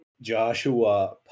Joshua